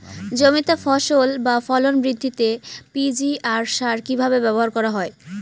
জমিতে ফসল বা ফলন বৃদ্ধিতে পি.জি.আর সার কীভাবে ব্যবহার করা হয়?